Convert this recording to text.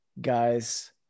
guys